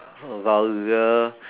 vulgar